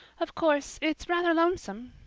of course, it's rather lonesome.